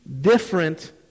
different